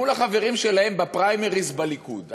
מול החברים שלהם בפריימריז בליכוד,